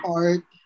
art